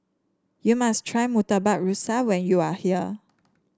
you must try Murtabak Rusa when you are here